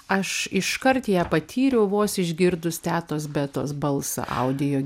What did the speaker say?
aš iškart ją patyriau vos išgirdus tetos betos balsą audio